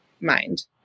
mind